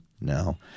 No